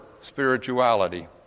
spirituality